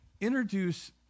introduce